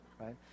right